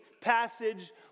passage